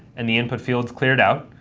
and the input field's cleared out.